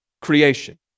creation